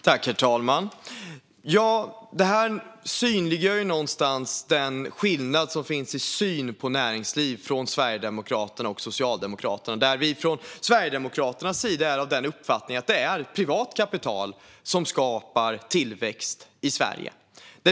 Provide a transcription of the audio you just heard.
Herr talman! Detta synliggör den skillnad som finns i synen på näringsliv mellan Sverigedemokraterna och Socialdemokraterna. Från Sverigedemokraternas sida är vi av den uppfattningen att det är privat kapital som skapar tillväxt i Sverige.